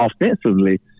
offensively